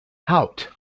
haut